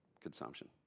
consumption